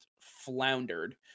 floundered